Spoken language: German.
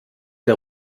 der